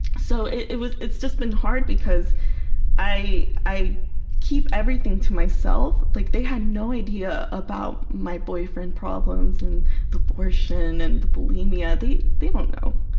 so it was it's just been hard because i i keep everything to myself. like, they had no idea about my boyfriend problems and the abortion and the bulimia. they don't know,